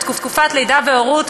לתקופת לידה והורות,